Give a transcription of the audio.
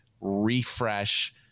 refresh